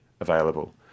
available